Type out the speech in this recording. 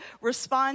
respond